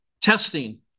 testing